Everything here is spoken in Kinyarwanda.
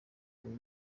ubu